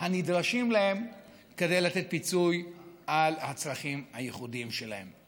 הנדרשים להם כדי לתת פיצוי על הצרכים הייחודיים שלהם.